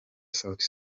sauti